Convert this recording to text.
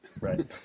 Right